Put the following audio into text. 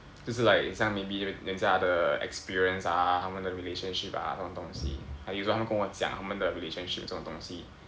就是 like 很像 maybe 人家的 experience ah 他们的 relationship ah 这种东西有时候他们跟我讲他们的 relationship 这种东西